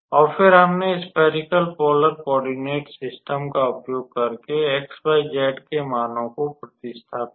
और फिर हमने स्फेरिकल पोलर कोओर्डिनट सिस्टम का उपयोग करके x y z के मानों को प्रतिस्थापित किया